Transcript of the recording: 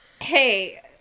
Hey